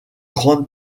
grande